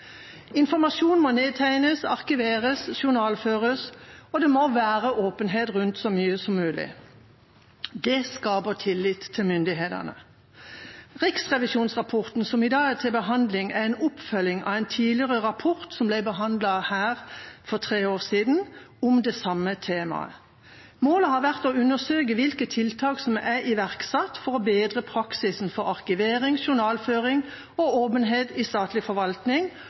Informasjon må nedtegnes, arkiveres og journalføres, og det må være åpenhet rundt så mye som mulig. Det skaper tillit til myndighetene. Riksrevisjonsrapporten som i dag er til behandling, er en oppfølging av en tidligere rapport som ble behandlet her for tre år siden om det samme tema. Målet har vært å undersøke hvilke tiltak som er iverksatt for å bedre praksisen for arkivering, journalføring og åpenhet i statlig forvaltning,